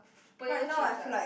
potato chips ah